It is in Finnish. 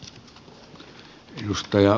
arvoisa puhemies